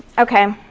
okay,